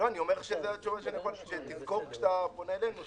אני אומר שתזכור כשאתה פונה אלינו --- הנה,